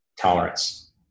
tolerance